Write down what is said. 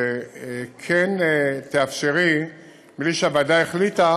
שכן תאפשרי כפי שהוועדה החליטה: